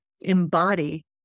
embody